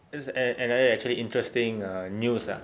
that's an~ another actually interesting uh news ah